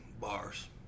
bars